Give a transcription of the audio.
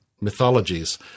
mythologies